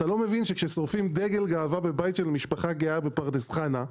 אתה לא מבין שכשורפים דגל גאווה בבית של משפחה גאה בפרדס חנה,